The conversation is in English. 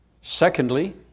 Secondly